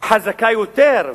חזקה יותר,